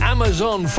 Amazon